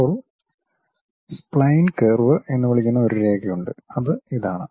ഇപ്പോൾ spline curve എന്ന് വിളിക്കുന്ന ഒരു രേഖ ഉണ്ട് അത് ഇതാണ്